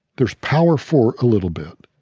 there's power for a little bit,